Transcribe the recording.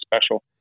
special